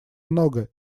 много